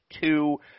two